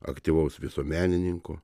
aktyvaus visuomenininko